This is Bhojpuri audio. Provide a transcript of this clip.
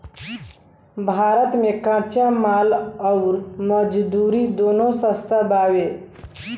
भारत मे कच्चा माल अउर मजदूरी दूनो सस्ता बावे